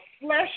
flesh